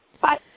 Bye